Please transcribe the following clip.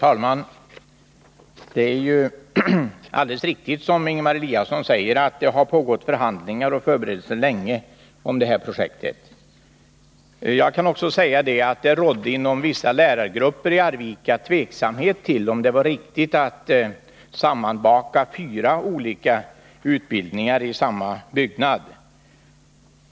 Herr talman! Det är helt riktigt, som Ingemar Eliasson säger, att det pågått förhandlingar och förberedelser länge beträffande detta projekt. Jag kan också tala om att det inom vissa lärargrupper i Arvika rådde tveksamhet till om det var riktigt att sammanbaka fyra olika utbildningar i samma byggnad.